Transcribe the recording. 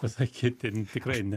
pasakyti tikrai ne